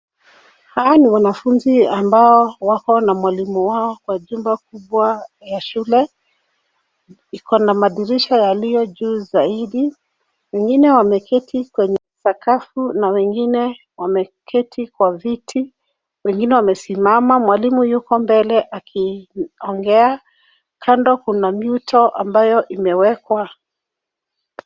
Hawa ni wanafunzi ambao wako na mwalimu wao kwa jumba kubwa ya shule. Iko na madirisha yaliyo juu zaidi. Wengine wameketi kwenye sakafu na wengine wameketi kwa viti, wengine wamesimama. Mwalimu yuko mbele akiongea, kando kuna mito ambayo imewekwa.